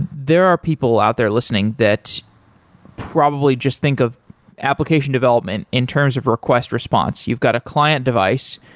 there are people out there listening, that probably just think of application development in terms of request response. you've got a client device,